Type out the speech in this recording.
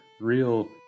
real